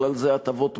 בכלל זה הטבות מס,